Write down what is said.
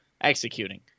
executing